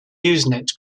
usenet